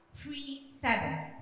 pre-Sabbath